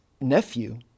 nephew